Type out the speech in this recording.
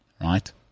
right